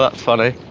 but funny.